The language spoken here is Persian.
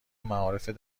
معارف